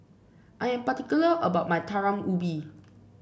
I am particular about my Talam Ubi